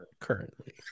currently